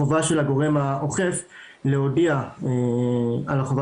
חובה של הגורם האוכף להודיע על החובה